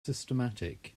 systematic